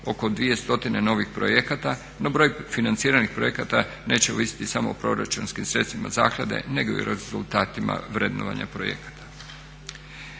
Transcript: stotine novih projekata, o broj financiranih projekata neće ovisiti samo o proračunskim sredstvima zaklade nego i rezultatima vrednovanja projekata.